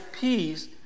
peace